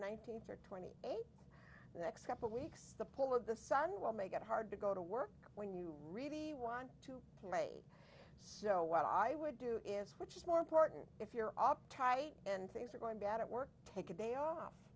hundred twenty eight the next couple weeks the pull of the sun will make it hard to go to work when you really want to play so what i would do is which is more important if you're up tight and things are going bad at work take a day off